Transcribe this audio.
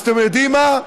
אז אתם יודעים מה?